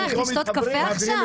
לשתות קפה עכשיו?